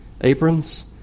aprons